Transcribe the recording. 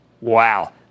wow